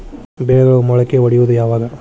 ಬೆಳೆಗಳು ಮೊಳಕೆ ಒಡಿಯೋದ್ ಯಾವಾಗ್?